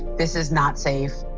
this is not safe.